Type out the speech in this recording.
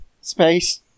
Space